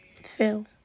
feel